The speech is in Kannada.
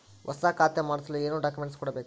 ಹೊಸ ಖಾತೆ ಮಾಡಿಸಲು ಏನು ಡಾಕುಮೆಂಟ್ಸ್ ಕೊಡಬೇಕು?